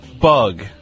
bug